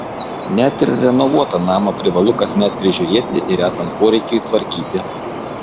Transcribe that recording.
net ir renovuotą namą privalu kasmet prižiūrėti ir esant poreikiui tvarkyti